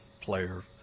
player